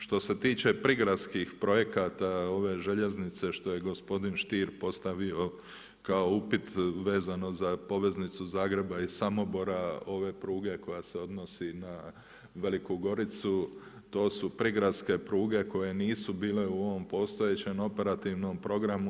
Što se tiče prigradskih projekata ove željeznice što je gospodin Stier postavio kao upit vezano za poveznicu Zagreba i Samobora, ove pruge koja se odnosi na Veliku Goricu to su prigradske pruge koje nisu bile u ovom postojećem operativnom programu.